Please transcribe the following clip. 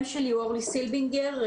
אורלי סילבינגר,